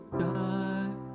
die